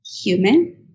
human